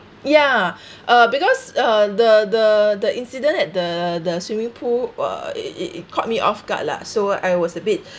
yeah uh because uh the the the incident at the the swimming pool uh it it it caught me off guard lah so I was a bit